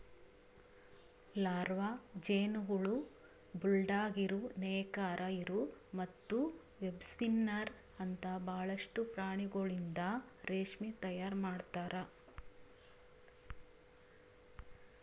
larva, ಜೇನುಹುಳ, bulldog ಇರು, ನೇಕಾರ ಇರು ಮತ್ತ ವೆಬ್ಸ್ಪಿನ್ನರ್ ಅಂತ ಭಾಳಷ್ಟು ಪ್ರಾಣಿಗೊಳಿಂದ್ ರೇಷ್ಮೆ ತೈಯಾರ್ ಮಾಡ್ತಾರ